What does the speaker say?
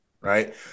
Right